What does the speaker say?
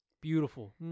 Beautiful